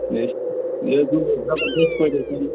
ہے یہِ حظ دِمو أسۍ زَبردَس پٲٹھۍ